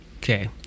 Okay